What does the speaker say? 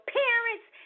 parents